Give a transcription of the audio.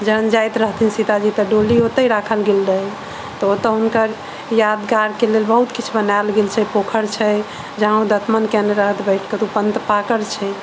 जहन जायत रहथिन सीताजी तऽ डोली ओतय राखल गेल रहै तऽ ओतऽ हुनकर यादगार के लेल बहुत किछु बनायल गेल छै पोखर छै जहाँ ओ दतमनि कयने रहथि बैठ कऽ तऽ ओ पंथ पाकर छै